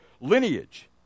lineage